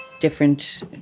different